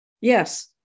yes